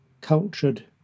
cultured